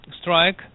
strike